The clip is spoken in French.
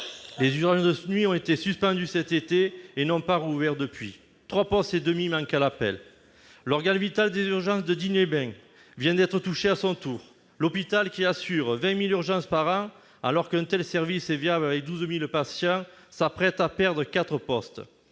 Les urgences de nuit ont été suspendues cet été et n'ont pas rouvert depuis. Trois postes et demi manquent à l'appel. L'organe vital des urgences de Digne-les-Bains vient d'être touché à son tour. L'hôpital, qui assure 20 000 urgences par an, alors qu'un tel service est viable avec 12 000 patients, s'apprête à perdre quatre postes.